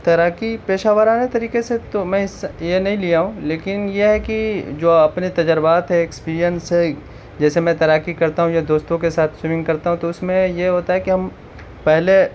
تیراکی پیشہ ورانہ طریقے سے تو میں حصہ یہ نہیں لیا ہوں لیکن یہ ہے کہ جو اپنے تجربات ہے ایکپیرئنس ہے جیسے میں تیراکی کرتا ہوں یا دوستوں کے ساتھ سوئمنگ کرتا ہوں تو اس میں یہ ہوتا ہے کہ ہم پہلے